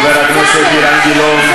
חבר הכנסת אילן גילאון.